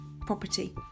property